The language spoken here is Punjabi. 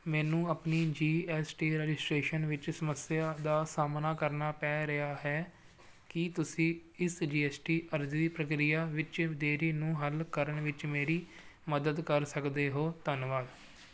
ਮੈਨੂੰ ਆਪਣੀ ਜੀ ਐੱਸ ਟੀ ਰਜਿਸਟ੍ਰੇਸ਼ਨ ਵਿੱਚ ਸਮੱਸਿਆ ਦਾ ਸਾਹਮਣਾ ਕਰਨਾ ਪੈ ਰਿਹਾ ਹੈ ਕੀ ਤੁਸੀਂ ਇਸ ਜੀ ਐੱਸ ਟੀ ਅਰਜ਼ੀ ਪ੍ਰਕਿਰਿਆ ਵਿੱਚ ਦੇਰੀ ਨੂੰ ਹੱਲ ਕਰਨ ਵਿੱਚ ਮੇਰੀ ਮਦਦ ਕਰ ਸਕਦੇ ਹੋ